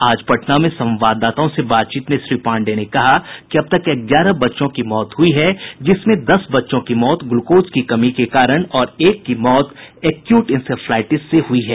आज पटना में संवाददाताओं से बातचीत में श्री पांडेय ने कहा कि अब तक ग्यारह बच्चों की मौत हुई है जिसमें दस बच्चों की मौत ग्लूकोज की कमी के कारण और एक की मौत एक्यूट इंसेफ्लाईटिस से हुई है